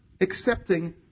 accepting